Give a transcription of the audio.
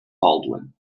baldwin